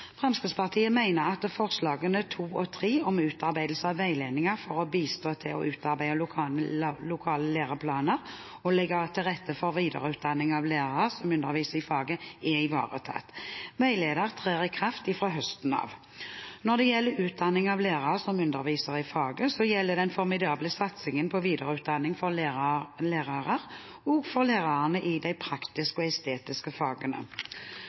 Fremskrittspartiet mener at forslagene nr. 2 og 3, om utarbeidelse av veiledninger for å bistå til å utarbeide lokale læreplaner og å legge til rette for videreutdanning av lærere som underviser i faget, er ivaretatt. Veileder trer i kraft fra høsten av. Når det gjelder utdanning av lærere som underviser i faget, gjelder den formidable satsingen på videreutdanning for lærere, også for lærere i de praktiske og estetiske fagene.